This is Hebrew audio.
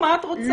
מה את רוצה?